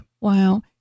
Wow